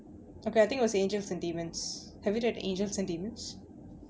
okay I think it was angels and demons have you read angels and demons